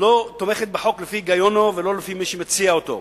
לא תומכת בחוק לפי הגיונו, ולא לפי מי שמציע אותו.